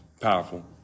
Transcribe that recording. powerful